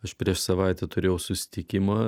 aš prieš savaitę turėjau susitikimą